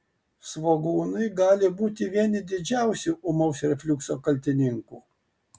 svogūnai gali būti vieni didžiausių ūmaus refliukso kaltininkų